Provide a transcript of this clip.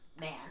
man